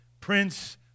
Prince